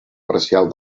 parcial